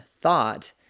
thought